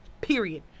Period